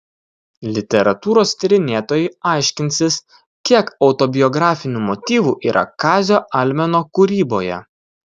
literatūros tyrinėtojai aiškinsis kiek autobiografinių motyvų yra kazio almeno kūryboje